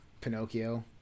pinocchio